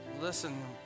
listen